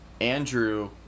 Andrew